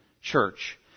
church